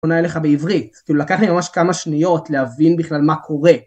פונה אליך בעברית, לקח לי ממש כמה שניות להבין בכלל מה קורה.